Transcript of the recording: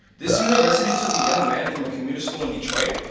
this university took a young man from a community school in detroit,